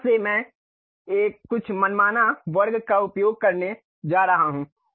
वहाँ से एक मैं कुछ मनमाना वर्ग का उपयोग करने जा रहा हूँ